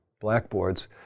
blackboards